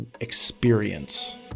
experience